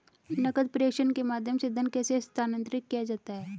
नकद प्रेषण के माध्यम से धन कैसे स्थानांतरित किया जाता है?